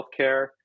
healthcare